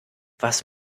was